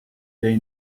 they